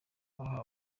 bamwe